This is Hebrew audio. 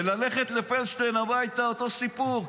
וללכת אל פלדשטיין הביתה, אותו סיפור.